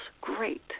great